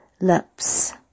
lips